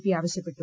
P ആവശ്യപ്പെട്ടു